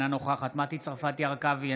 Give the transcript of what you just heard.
אינה נוכחת מטי צרפתי הרכבי,